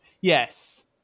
Yes